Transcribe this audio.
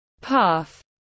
path